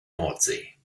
nordsee